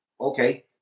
Okay